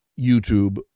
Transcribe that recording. YouTube